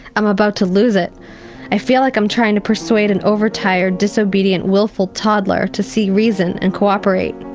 i'm about to lose it i feel like i'm trying to persuade an overtired, disobedient, wilful toddler to see reason and co-operate.